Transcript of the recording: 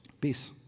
Peace